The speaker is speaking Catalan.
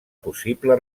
possible